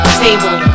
table